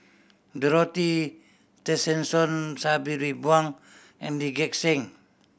Dorothy Tessensohn Sabri Buang and Lee Gek Seng